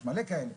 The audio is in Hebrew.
יש מלא כאלה,